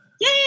Yay